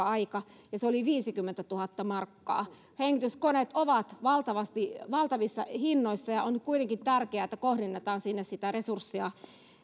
aika että se oli viisikymmentätuhatta markkaa hengityskoneet ovat valtavissa hinnoissa ja on kuitenkin tärkeää että kohdennetaan sinne sitä resurssia